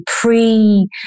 pre